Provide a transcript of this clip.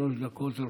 שלוש דקות לרשותך.